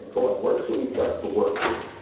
boy, where should we start to work,